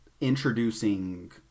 introducing